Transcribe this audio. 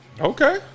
Okay